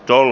tol